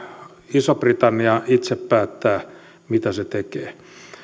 iso britannia itse päättää mitä se tekee